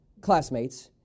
classmates